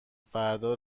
فرا